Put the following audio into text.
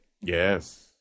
Yes